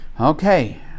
Okay